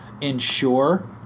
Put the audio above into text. ensure